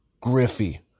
Griffey